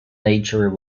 nature